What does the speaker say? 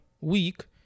week